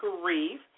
grief